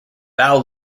val